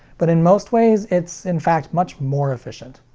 but in most ways it's in fact much more efficient.